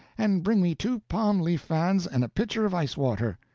and bring me two palm-leaf fans and a pitcher of ice-water.